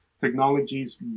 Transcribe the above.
technologies